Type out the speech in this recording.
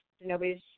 nobody's